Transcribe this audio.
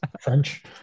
French